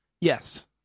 Yes